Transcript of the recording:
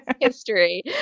history